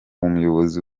umuyobozi